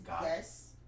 Yes